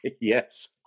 Yes